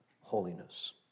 holiness